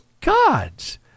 God's